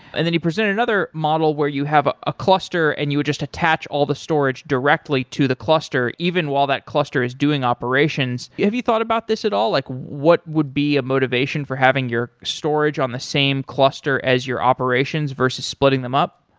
and then you present another model where you have a cluster and you would just attach all the storage directly to the cluster even while that cluster is doing operations. have you thought about this at all? like what would be a motivation for having your storage on the same cluster as your operations versus splitting them up?